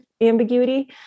ambiguity